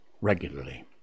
regularly